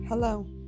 Hello